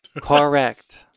Correct